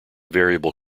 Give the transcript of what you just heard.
variable